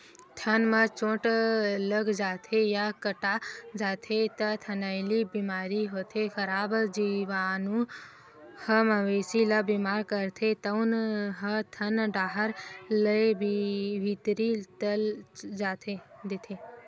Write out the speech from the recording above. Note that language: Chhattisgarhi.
थन म चोट लाग जाथे या कटा जाथे त थनैल बेमारी होथे, खराब जीवानु ह मवेशी ल बेमार करथे तउन ह थन डाहर ले भीतरी चल देथे